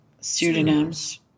pseudonyms